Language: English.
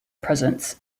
presence